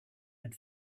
had